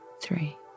three